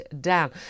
down